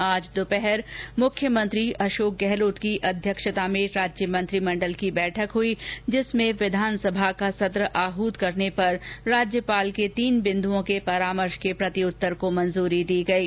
आज दोपहर मुख्यमंत्री अशोक गहलोत की अध्यक्षता में राज्य मंत्रीमंडल की बैठक हई जिसमें विधानसभा का सत्र आहत करने पर राज्यपाल के तीन बिंदुओं के परामर्श के प्रतिउत्तर को मंजूरी दी गयी